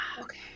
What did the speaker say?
Okay